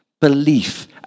belief